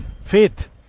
Faith